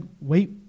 wait